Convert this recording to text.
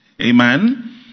Amen